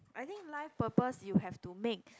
I think life purpose you have to make